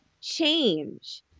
change